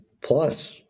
plus